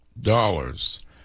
dollars